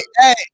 hey